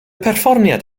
perfformiad